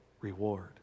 reward